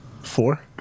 Four